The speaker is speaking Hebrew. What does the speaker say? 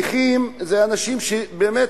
נכים הם אנשים שבאמת,